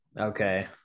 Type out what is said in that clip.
Okay